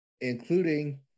including